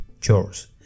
chores